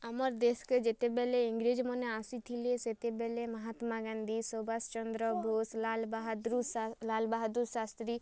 ଆମର୍ ଦେଶ୍କେ ଯେତେବେଲେ ଇଂରେଜମାନେ ଆସିଥିଲେ ସେତେବେଲେ ମହାତ୍ମା ଗାନ୍ଧୀ ସୁବାଷ ଚନ୍ଦ୍ର ବୋଷ୍ ଲାଲ ବହାଦୁର ସା ଲାଲ ବହାଦୁର ଶାସ୍ତ୍ରୀ